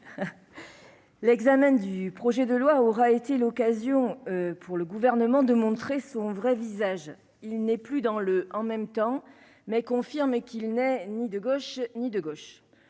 l'examen du projet de loi aura été l'occasion pour le gouvernement de montrer son vrai visage, il n'est plus dans le en même temps, mais confirme qu'il n'est ni de gauche ni de gauche,